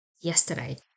yesterday